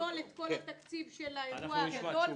לפסול את כל התקציב של האירוע הגדול?